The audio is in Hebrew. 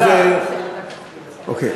ועדה, אוקיי.